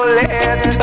let